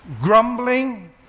grumbling